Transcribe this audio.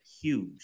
huge